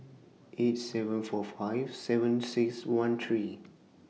eight seven four five seven six one three